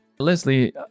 Leslie